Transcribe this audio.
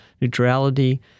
neutrality